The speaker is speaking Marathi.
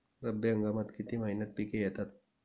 रब्बी हंगामात किती महिन्यांत पिके येतात?